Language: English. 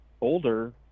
older